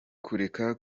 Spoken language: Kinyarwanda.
kureka